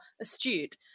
astute